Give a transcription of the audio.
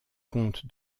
compte